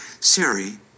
siri